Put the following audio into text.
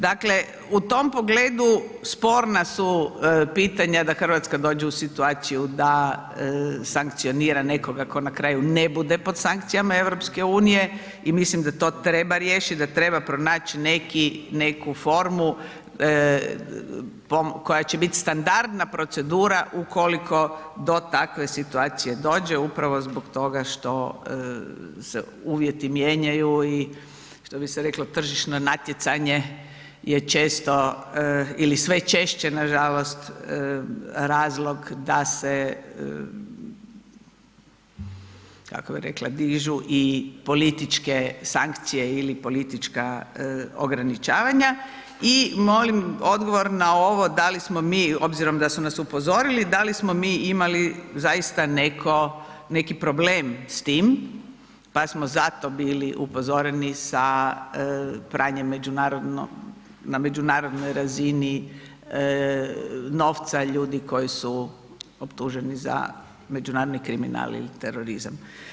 Dakle u tom pogledu sporna su pitanja da Hrvatska dođe u situaciju da sankcionira nekoga tko na kraju ne bude pod sankcijama EU i mislim da to treba riješiti, da treba pronaći neku formu koja će biti standardna procedura ukoliko do takve situacije dođe upravo zbog toga što se uvjeti mijenjaju i što bi se reklo tržišno natjecanje je često ili sve češće nažalost razlog da se, kako bi rekla, dižu i političke sankcije ili politička ograničavanja i molim odgovor na ovo da li smo mi, obzirom da su nas upozorili, da li smo mi imali zaista neko, neki problem s tim, pa smo zato bili upozoreni sa pranjem međunarodno, na međunarodnoj razini novca i ljudi koji su optuženi za međunarodni kriminal ili terorizam.